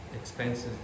expenses